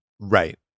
Right